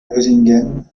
lozinghem